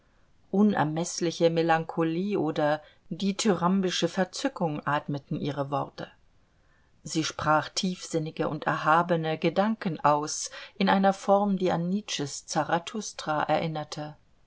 unermeßliche melancholie oder dithyrambische verzückung atmeten ihre worte sie sprach tiefsinnige und erhabene gedanken aus in einer form die an nietzsches zarathustra erinnerte